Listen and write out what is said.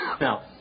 Now